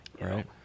Right